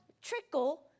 trickle